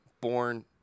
born